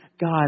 God